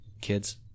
Kids